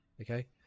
okay